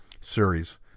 series